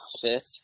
fifth